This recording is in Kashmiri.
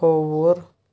کھووُر